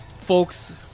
folks